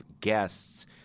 guests